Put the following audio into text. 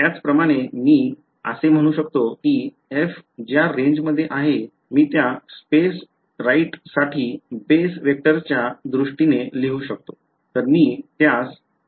त्याचप्रमाणे मी असे म्हणू शकतो की f ज्या रेंजमध्ये आहे मी त्या स्पेस राईटसाठी बेस वेक्टरच्या दृष्टीने लिहू शकतो